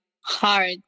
hard